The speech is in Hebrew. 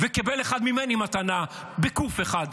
וקבל אחד ממני מתנה בקו"ף אחד,